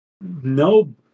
no